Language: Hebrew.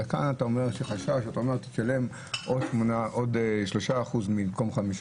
וכאן אתה אומר תשלם עוד 3%. צריך להבין